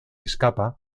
escapa